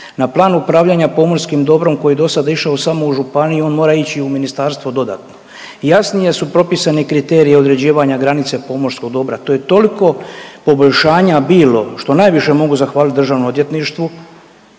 Na plan upravljanja pomorskim dobrom koji je do sada išao samo u županiji on mora ići u ministarstvu dodatno, jasnije su propisani kriteriji određivanja granice pomorskog dobra. To je tolko poboljšanja bilo, što najviše mogu zahvalit državnom odvjetništvu